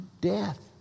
death